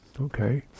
okay